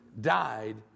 died